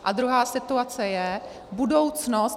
A druhá situace je budoucnost.